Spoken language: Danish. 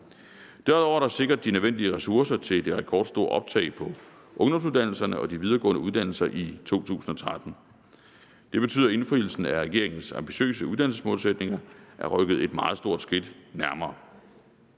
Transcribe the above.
Derudover er der sikret de nødvendige ressourcer til det rekordstore optag på ungdomsuddannelserne og de videregående uddannelser i 2013. Det betyder, at indfrielsen af regeringens ambitiøse uddannelsesmålsætninger er rykket et meget stort skridt nærmere.